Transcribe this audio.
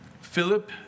Philip